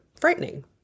frightening